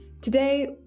Today